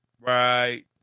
Right